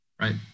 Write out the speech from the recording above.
right